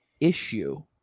issue